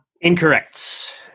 Incorrect